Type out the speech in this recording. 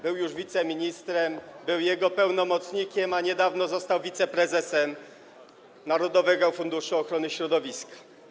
Był on już wiceministrem, był pełnomocnikiem, a niedawno został wiceprezesem narodowego funduszu ochrony środowiska.